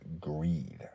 greed